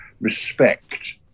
respect